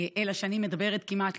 אלא שאני מדברת כמעט,